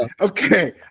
okay